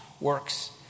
works